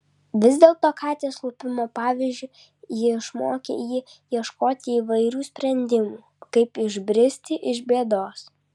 vis dėlto katės lupimo pavyzdžiu ji išmokė jį ieškoti įvairių sprendimų kaip išbristi iš bėdos